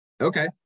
Okay